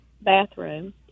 bathroom